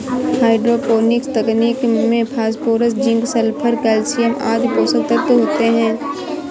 hydroponics तकनीक में phosphorus, zinc, sulphur, calcium आदि पोषक तत्व होते है